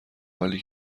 حالی